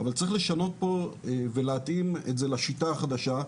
אבל צריך לשנות פה ולהתאים את זה לשיטה החדשה.